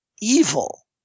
evil